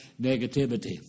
negativity